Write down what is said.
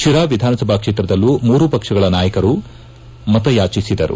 ಶಿರಾ ವಿಧಾನಸಭಾ ಕ್ಷೇತ್ರದಲ್ಲೂ ಮೂರೂ ಪಕ್ಷಗಳ ನಾಯಕರು ಮತಯಾಚಿಸಿದರು